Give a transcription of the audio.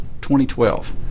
2012